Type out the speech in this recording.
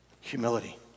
Humility